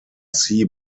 sea